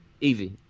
Easy